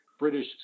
British